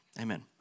amen